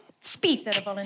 Speak